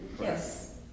Yes